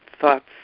thoughts